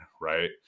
Right